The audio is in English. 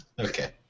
Okay